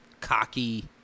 cocky